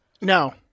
No